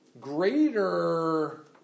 Greater